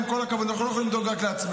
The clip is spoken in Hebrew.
עם כל הכבוד, אנחנו לא יכולים לדאוג רק לעצמנו.